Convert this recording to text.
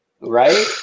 Right